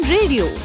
Radio